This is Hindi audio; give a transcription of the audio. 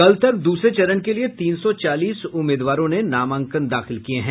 कल तक दूसरे चरण के लिए तीन सौ चालीस उम्मीदवारों ने नामांकन दाखिल किए हैं